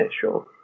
sure